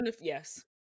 yes